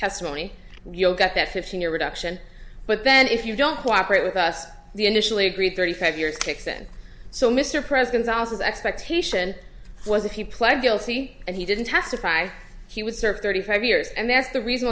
testimony and you'll get that fifteen year reduction but then if you don't cooperate with us the initially agreed thirty five years kicks in so mr president's office expectation was a few pled guilty and he didn't testify he would serve thirty five years and that's the re